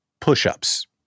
push-ups